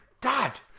Dad